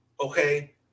Okay